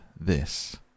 This